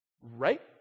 Right